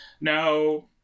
now